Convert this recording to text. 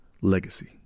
legacy